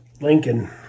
Lincoln